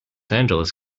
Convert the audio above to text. angeles